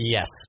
Yes